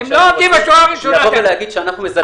אפשר להעביר ביקורת אבל לבוא ולהגיד שאנחנו מזלזלים,